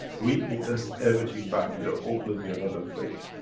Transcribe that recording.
we invest everything back, we are open, we are not afraid.